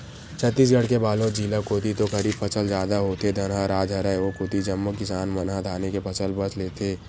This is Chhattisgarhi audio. छत्तीसगढ़ के बलोद जिला कोती तो खरीफ फसल जादा होथे, धनहा राज हरय ओ कोती जम्मो किसान मन ह धाने के फसल बस लेथे